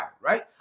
right